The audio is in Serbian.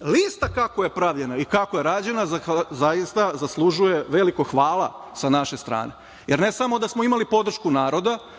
Lista kako je pravljena i kako je rađena, zaista zaslužuje veliko hvala sa naše strane, jer ne samo da smo imali podršku naroda,